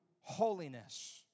holiness